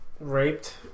raped